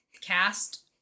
cast